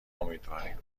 امیدواریم